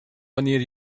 wanneer